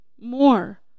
more